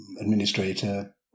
administrator